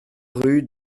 rue